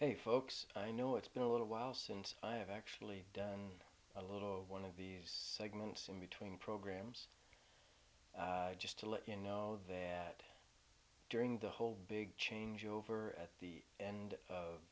hey folks i know it's been a little while since i've actually done a little of one of these segments in between programs just to let you know that during the whole big change over at the end of